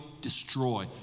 destroy